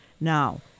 Now